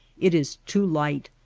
it is too light,